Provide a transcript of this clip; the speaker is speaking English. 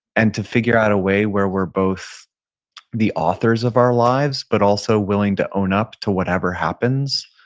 and to figure out a way where we're both the authors of our lives, but also willing to own up to whatever happens,